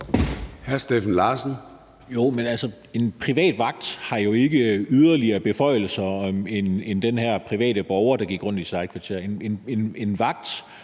en privat vagt har jo ikke flere beføjelser end den her private borger, der går rundt i sit eget